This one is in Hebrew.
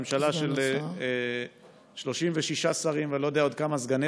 ממשלה של 36 שרים ואני לא יודע עוד כמה סגני